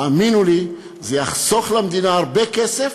האמינו לי, זה יחסוך למדינה הרבה כסף,